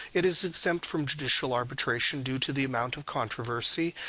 it is exempt from judicial arbitration due to the amount of controversy,